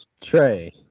Trey